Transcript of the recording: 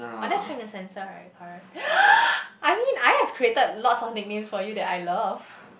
but that is trying to censor right correct I mean I have created a lot of nicknames for you that I love